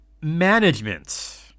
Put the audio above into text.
Management